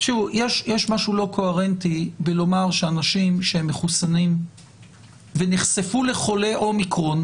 יש משהו לא קוהרנטי בלומר שאנשים שהם מחוסנים ונחשפו לחולה אומיקרון,